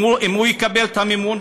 אם הוא יקבל את המימון,